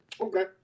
Okay